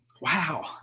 Wow